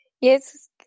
Yes